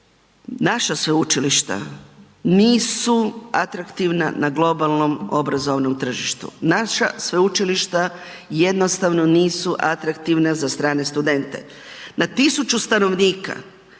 naša sveučilišta nisu atraktivna na globalnom obrazovnom tržištu. Naša sveučilišta jednostavno nisu atraktivna za strane studente. Na 1000 stanovnika